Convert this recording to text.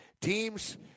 Teams